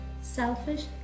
selfish